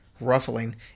ruffling